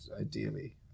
ideally